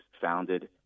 founded